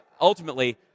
Ultimately